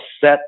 set